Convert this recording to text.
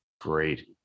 Great